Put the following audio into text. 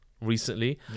recently